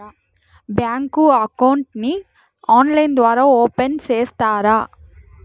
Bank account ని online ద్వారా open సేస్తారా?